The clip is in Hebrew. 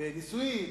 בנישואים,